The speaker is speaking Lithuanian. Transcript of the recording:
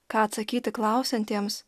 ką atsakyti klausiantiems